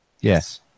Yes